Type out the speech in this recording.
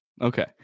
Okay